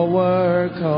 work